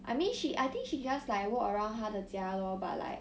I mean she I think she just like walk around 她的家 lor but like